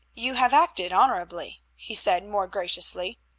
you have acted honorably, he said more graciously.